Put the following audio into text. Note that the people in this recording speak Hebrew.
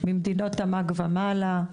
ממדינות תמ״ג ומעלה.